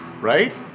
right